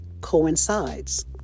coincides